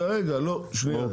רגע, לא, שנייה.